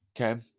Okay